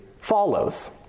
follows